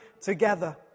together